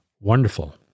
wonderful